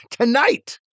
tonight